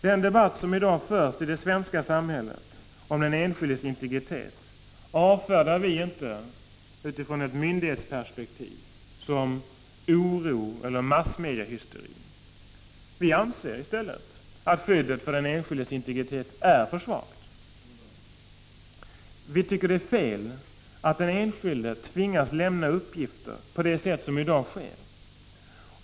Den debatt som i dag förs i det svenska samhället om den enskildes integritet avfärdar vi inte utifrån ett myndighetsperspektiv som ”oro” eller ”massmediahysteri”. Vi anser i stället att skyddet för den enskildes integritet är för svagt. Vi tycker det är fel att den enskilde tvingas lämna uppgifter på det sätt som i dag sker.